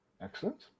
Excellent